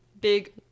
big